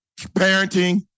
parenting